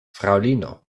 fraŭlino